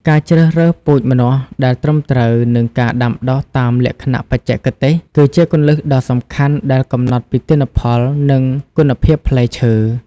ការជ្រើសរើសពូជម្នាស់ដែលត្រឹមត្រូវ និងការដាំដុះតាមលក្ខណៈបច្ចេកទេស គឺជាគន្លឹះដ៏សំខាន់ដែលកំណត់ពីទិន្នផល និងគុណភាពផ្លែឈើ។